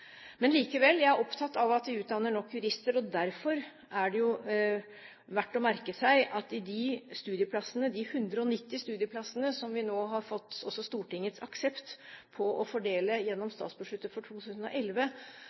Likevel: Jeg er opptatt av at vi utdanner nok jurister. Derfor er det verdt å merke seg at når det gjelder de 190 studieplassene som vi nå også har fått Stortingets aksept for å fordele gjennom statsbudsjettet for 2011,